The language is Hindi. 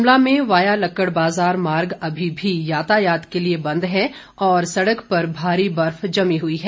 शिमला में वाया लक्कड़ बाज़ार मार्ग अभी भी यातायात के लिए बंद है और सड़क पर भारी बर्फ जमी हुई है